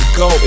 go